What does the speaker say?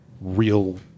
real